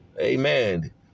Amen